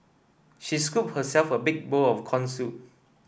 she scooped herself a big bowl of corn soup